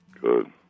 Good